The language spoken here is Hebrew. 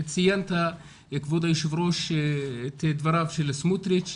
ציינת כבוד היושב ראש את דבריו של סמוטריץ'.